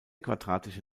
quadratische